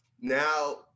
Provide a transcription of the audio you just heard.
Now